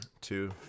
two